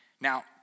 Now